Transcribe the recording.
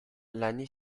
l’année